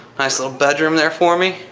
nice little bedroom there for me,